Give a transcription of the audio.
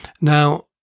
now